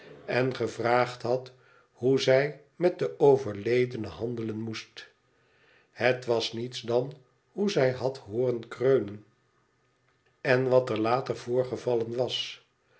en gevraagd had hoe zij met de overledene handelen moest het was niets dan hoe zij had hooren kreunen en wat er later voorgevallen was